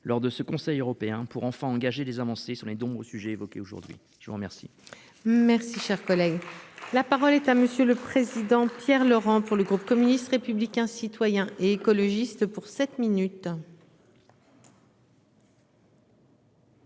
lors de ce Conseil européen pour enfants engager des avancées sur les dons aux sujets évoqués aujourd'hui. Je vous remercie. Merci, cher collègue, la parole est à monsieur le président, Pierre Laurent pour le groupe communiste, républicain, citoyen et écologiste pour 7 minutes.